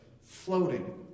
floating